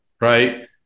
Right